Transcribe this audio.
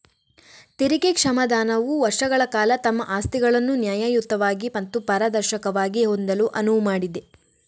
ತೆರಿಗೆ ಕ್ಷಮಾದಾನವು ವರ್ಷಗಳ ಕಾಲ ತಮ್ಮ ಆಸ್ತಿಗಳನ್ನು ನ್ಯಾಯಯುತವಾಗಿ ಮತ್ತು ಪಾರದರ್ಶಕವಾಗಿ ಹೊಂದಲು ಅನುವು ಮಾಡಿದೆ